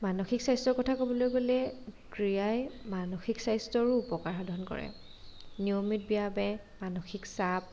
মানসিক স্বাস্থ্যৰ কথা ক'বলৈ গ'লে ক্ৰীড়াই মানসিক স্বাস্থ্যৰো উপকাৰ সাধন কৰে নিয়মিত ব্যায়ামে মানসিক চাপ